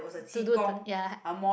to do the ya